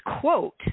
quote